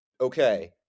Okay